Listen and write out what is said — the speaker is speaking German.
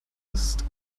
ist